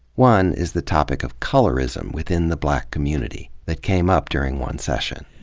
one is the topic of colorism within the black community, that came up during one session.